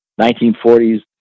1940s